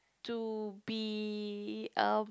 to be um